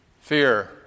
fear